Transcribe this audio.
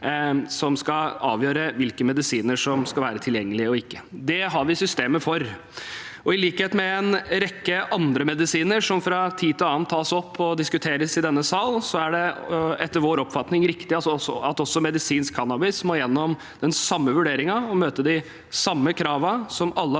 som skal avgjøre hvilke medisiner som skal være tilgjengelige og ikke tilgjengelige. Det har vi systemer for. I likhet med en rekke andre medisiner som fra tid til annen tas opp og diskuteres i denne sal, er det etter vår oppfatning rik tig at også medisinsk cannabis må gjennom den samme vurderingen og møte de samme kravene som alle